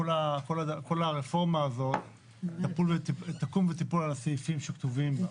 כל הרפורמה הזאת תקום ותיפול על הסעיפים שכתובים.